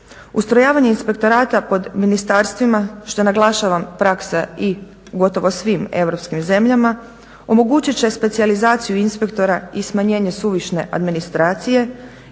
Ustrojavanje inspektorata pod ministarstvima što je naglašavam praksa i u gotovo svim europskim zemljama omogućit će specijalizaciju inspektora i smanjenje suvišne administracije